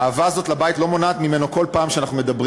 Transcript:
האהבה הזאת לבית לא מונעת ממנו כל פעם שאנחנו מדברים